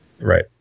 right